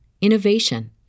innovation